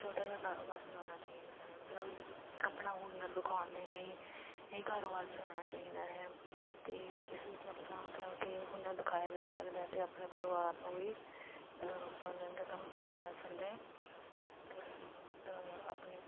ਛੋਟਾ ਜਿਹਾ ਕਾਰੋਬਾਰ ਚਲਾਉਣਾ ਚਾਹੀਦਾ ਹੈ ਮਤਲਬ ਆਪਣਾ ਹੁਨਰ ਦਿਖਾਉਣ ਦੇ ਲਈ ਇਹ ਕਾਰੋਬਾਰ ਚਲਾਉਣਾ ਚਾਹੀਦਾ ਹੈ ਅਤੇ ਇਸ ਵਿੱਚ ਆਪਣਾ ਮਤਲਬ ਕਿ ਹੁਨਰ ਦਿਖਾਇਆ ਜਾ ਸਕਦਾ ਅਤੇ ਆਪਣੇ ਪਰਿਵਾਰ ਨੂੰ ਵੀ ਪਾਲਣ ਦਾ ਕੰਮ ਕੀਤਾ ਜਾ ਸਕਦਾ ਅਤੇ ਤ ਆਪਣੇ